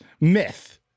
myth